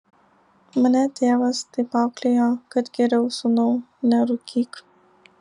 mane tėvas taip auklėjo kad geriau sūnau nerūkyk